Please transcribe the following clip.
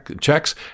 checks